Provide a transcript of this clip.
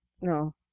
No